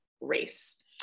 race